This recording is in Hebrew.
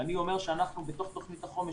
ואני אומר שאנחנו בתוך תוכנית החומש,